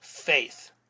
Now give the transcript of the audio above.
faith